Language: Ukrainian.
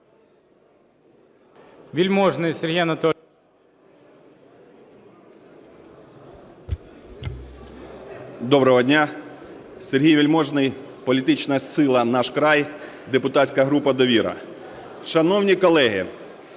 Доброго дня. Сергій Вельможний, політична сила "Наш край" депутатська група "Довіра". Шановні колеги,